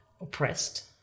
oppressed